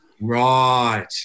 Right